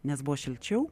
nes buvo šilčiau